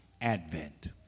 advent